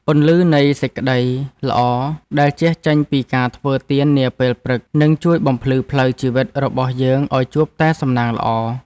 ពន្លឺនៃសេចក្ដីល្អដែលជះចេញពីការធ្វើទាននាពេលព្រឹកនឹងជួយបំភ្លឺផ្លូវជីវិតរបស់យើងឱ្យជួបតែសំណាងល្អ។